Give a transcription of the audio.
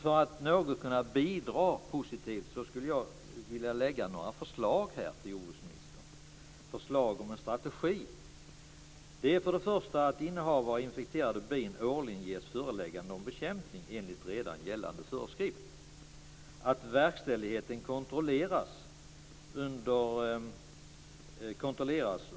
För att något kunna bidra positivt skulle jag vilja ge några förslag till jordbruksministern om en strategi: 2. Att verkställigheten kontrolleras